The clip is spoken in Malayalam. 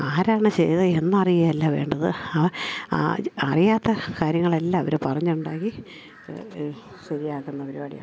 ആരാണ് ചെയ്തത് എന്ന് അറിയുകയല്ല വേണ്ടത് അറിയാത്ത കാര്യങ്ങളെല്ലാം അവർ പറഞ്ഞുണ്ടാക്കി ശരിയാക്കുന്ന പരിപാടിയാണ്